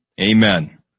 Amen